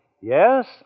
Yes